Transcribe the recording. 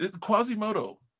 Quasimodo